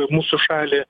mūsų šalį